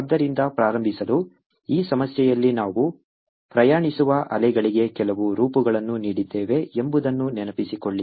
ಆದ್ದರಿಂದ ಪ್ರಾರಂಭಿಸಲು ಈ ಸಮಸ್ಯೆಯಲ್ಲಿ ನಾವು ಪ್ರಯಾಣಿಸುವ ಅಲೆಗಳಿಗೆ ಕೆಲವು ರೂಪಗಳನ್ನು ನೀಡಿದ್ದೇವೆ ಎಂಬುದನ್ನು ನೆನಪಿಸಿಕೊಳ್ಳಿ